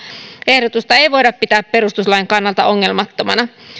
ehdotusta ei voida pitää perustuslain kannalta ongelmattomana